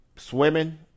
Swimming